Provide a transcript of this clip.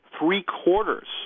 three-quarters